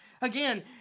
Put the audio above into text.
Again